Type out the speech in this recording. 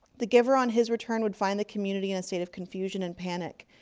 the giver, on his return, would find the community in a state of confusion and panic.